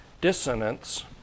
dissonance